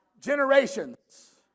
generations